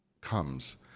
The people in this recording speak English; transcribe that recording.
comes